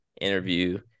interview